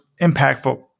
impactful